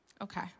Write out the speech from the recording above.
okay